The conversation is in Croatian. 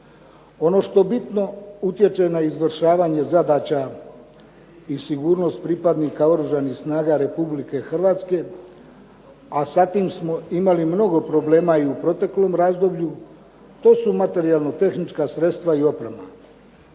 Ono što bitno utječe na izvršavanje zadaća i sigurnost pripadnika Oružanih snaga Republike Hrvatske, a s tim smo imali mnogo problema i u proteklom razdoblju, to su materijalno-tehnička sredstva i oprema.